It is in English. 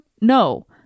No